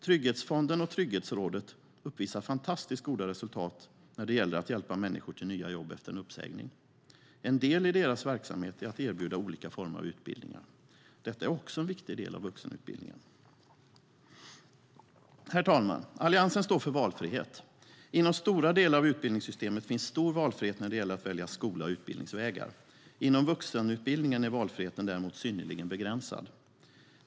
Trygghetsfonden och Trygghetsrådet uppvisar fantastiskt goda resultat när det gäller att hjälpa människor till nya jobb efter en uppsägning. En del i deras verksamhet är att erbjuda olika former av utbildningar. Detta är också en viktig del av vuxenutbildningen. Herr talman! Alliansen står för valfrihet. Inom stora delar av utbildningssystemet finns stor valfrihet när det gäller att välja skola och utbildningsvägar. Inom vuxenutbildningen är valfriheten däremot synnerligen begränsad.